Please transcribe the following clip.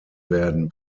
werden